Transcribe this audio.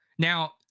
Now